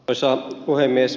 arvoisa puhemies